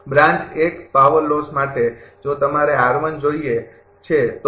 branch power loss માટે જો તમારે જોઈએ છે તો